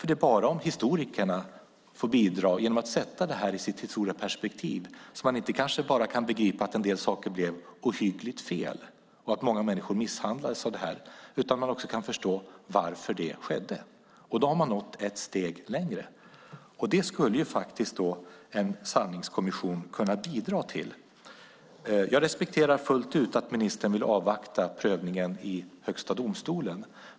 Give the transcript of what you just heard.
Det är bara om historikerna får bidra genom att sätta detta i sitt historiska perspektiv som man inte bara kan begripa att en del saker kanske blev ohyggligt fel och att många människor misshandlades av detta utan också kan förstå varför det skedde. Då har man nått ett steg längre. Det skulle en sanningskommission kunna bidra till. Jag respekterar fullt ut att ministern vill avvakta prövningen i Högsta domstolen.